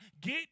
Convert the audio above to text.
Get